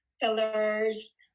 fillers